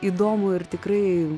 įdomų ir tikrai